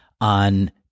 on